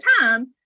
time